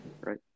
right